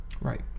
right